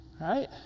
Right